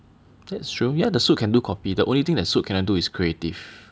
that's true yeah the suit can do copy the only thing that suit cannot do is creative